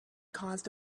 caused